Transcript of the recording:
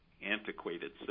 antiquated